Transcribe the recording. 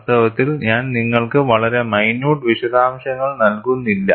വാസ്തവത്തിൽ ഞാൻ നിങ്ങൾക്ക് വളരെ മൈന്യുട്ട് വിശദാംശങ്ങൾ നൽകുന്നില്ല